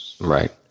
Right